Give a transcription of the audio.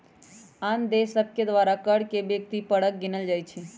आन देश सभके द्वारा कर के व्यक्ति परक गिनल जाइ छइ